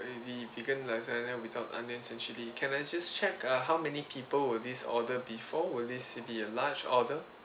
the vegan lasagne without onions and chili can I just check uh how many people will this order be for will this be a large order